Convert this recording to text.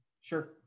Sure